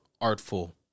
artful